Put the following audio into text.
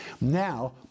Now